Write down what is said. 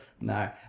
No